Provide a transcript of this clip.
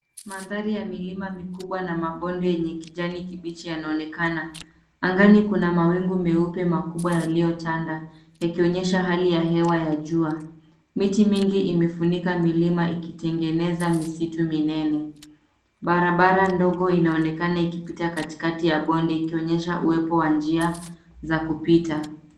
Mandhari ya milima mikubwa na mabonde yenye kijani kibichi yanaonekana. Angani kuna mawingu meupe makubwa yaliyotanda, yakionyesha hali ya hewa ya jua. Miti mingi imefunika milima ikitengeneza misitu minene. Barabara ndogo inaonekana ikipita katikati ya bonde, ikionyesha uwepo wa njia za kupita.